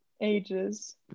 ages